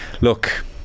look